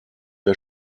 der